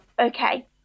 okay